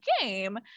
game